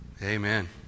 Amen